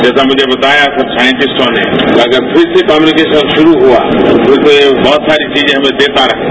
जैसा मुझे बताया सब साइंटिस्टों ने अगर फिर से कम्युनिकेशन शुरू हुआ फिर तो यह बहुत सारी हमें चीजें देता रहेगा